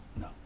no